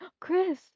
Chris